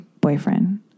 boyfriend